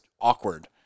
awkward